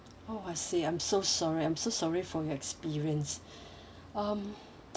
oh I see I'm so sorry I'm so sorry for your experience um